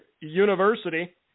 university